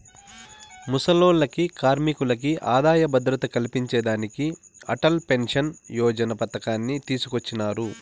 ముసలోల్లకి, కార్మికులకి ఆదాయ భద్రత కల్పించేదానికి అటల్ పెన్సన్ యోజన పతకాన్ని తీసుకొచ్చినారు